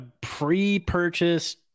pre-purchase